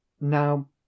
Now